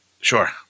Sure